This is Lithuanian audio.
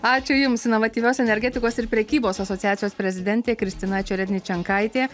ačiū jums inovatyvios energetikos ir prekybos asociacijos prezidentė kristina čeredničenkaitė